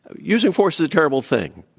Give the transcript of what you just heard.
using force is a terrible thing.